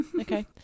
Okay